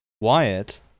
Wyatt